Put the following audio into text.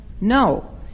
No